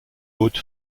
yacht